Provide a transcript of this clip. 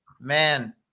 man